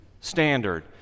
standard